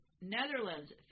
Netherlands